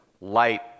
light